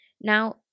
Now